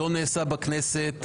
לא נעשה בכנסת.